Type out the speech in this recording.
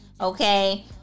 Okay